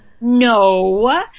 no